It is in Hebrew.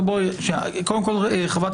אבל קודם כל חברת